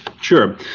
sure